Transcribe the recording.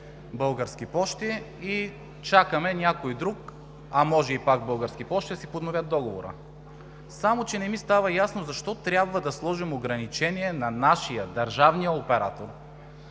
Български пощи, и чакаме някой друг, а може и пак Български пощи да си подновят договора, само че не ми става ясно защо трябва да сложим ограничение на нашия, държавния оператор